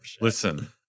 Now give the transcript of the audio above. Listen